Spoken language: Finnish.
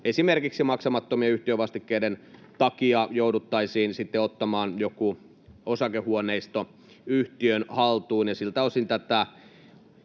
esimerkiksi maksamattomien yhtiövastikkeiden takia jouduttaisiin ottamaan joku osakehuoneisto yhtiön haltuun. Siltä osin tätä